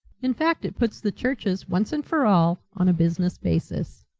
in fact it puts the churches once and for all on a business basis.